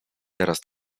teraz